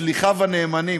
שליחיו הנאמנים,